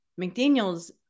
McDaniels